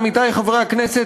עמיתי חברי הכנסת,